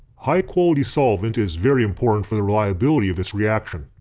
high quality solvent is very important for the reliability of this reaction.